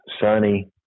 sunny